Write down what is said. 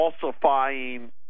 falsifying –